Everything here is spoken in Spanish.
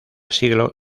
siglo